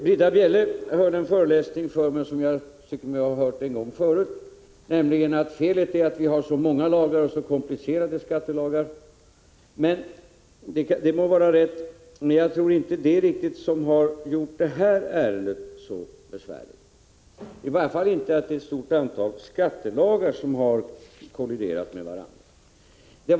Britta Bjelle höll en föreläsning för mig som jag tycker mig ha hört en gång förut, nämligen att felet är att vi har så många och så komplicerade skattelagar. Det må vara rätt, men jag tror inte riktigt att det är det, i varje fallinte att det är ett stort antal skattelagar som har kolliderat med varandra, som har gjort det här ärendet så besvärligt.